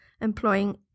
employing